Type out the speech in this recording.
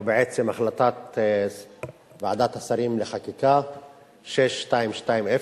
או בעצם החלטת ועדת שרים לחקיקה 6220,